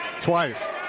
Twice